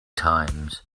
times